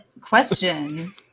question